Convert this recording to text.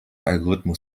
algorithmus